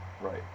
Right